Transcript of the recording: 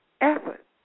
effort